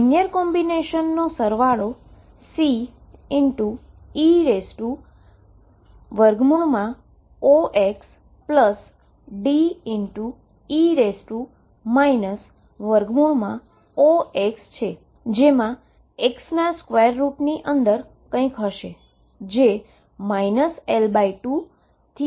linear કોમ્બીનેશનનો સરવાળો CexDe x જેમા x ના સ્ક્વેર રૂટની અંદર કઈક હશે